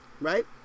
Right